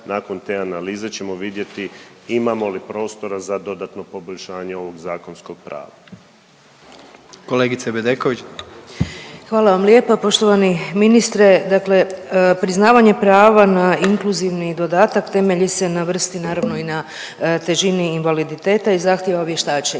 nakon te analize ćemo vidjeti imamo li prostora za dodatno poboljšanje ovog zakonskog prava. **Jandroković, Gordan (HDZ)** Kolegice Bedeković. **Bedeković, Vesna (HDZ)** Hvala vam lijepa Poštovani ministre. Dakle, priznavanje prava na inkluzivni dodatak temelji se na vrsti naravno i na težini invaliditeta i zahtjeva vještačenje.